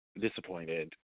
disappointed